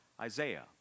isaiah